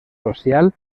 social